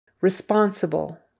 Responsible